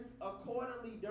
accordingly